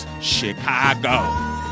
Chicago